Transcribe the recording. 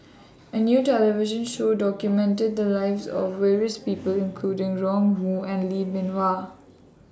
A New television Show documented The Lives of various People including Ron Wong and Lee Bee Wah